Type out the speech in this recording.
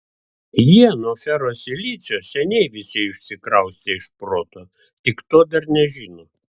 jie nuo ferosilicio seniai visi išsikraustė iš proto tik to dar nežino